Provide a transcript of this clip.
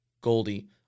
Goldie